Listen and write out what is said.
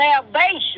salvation